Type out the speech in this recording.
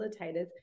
facilitators